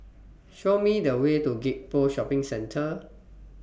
Show Me The Way to Gek Poh Shopping Centre